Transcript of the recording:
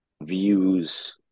views